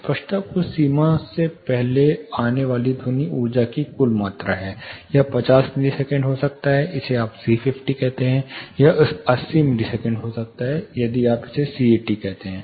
स्पष्टता कुछ सीमा से पहले आने वाली ध्वनि ऊर्जा की कुल मात्रा है यह 50 मिलीसेकंड हो सकता है यदि आप इसे C50 कहते हैं यह 80 मिलीसेकंड हो सकता है यदि आप इसे C80 कहते हैं